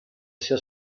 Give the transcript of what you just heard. sia